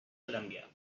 columbia